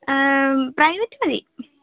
private മതി